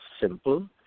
simple